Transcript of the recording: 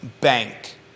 bank